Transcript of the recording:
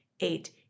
eight